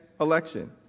election